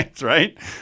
Right